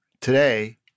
today